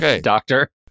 doctor